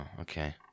okay